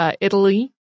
Italy